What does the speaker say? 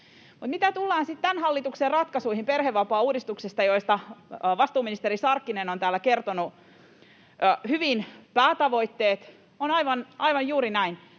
Mitä tulee sitten tämän hallituksen ratkaisuihin perhevapaauudistuksessa, josta vastuuministeri Sarkkinen on täällä kertonut hyvin päätavoitteet: On aivan juuri näin.